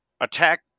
attack